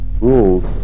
rules